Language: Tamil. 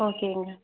ஓகேங்க